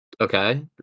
Okay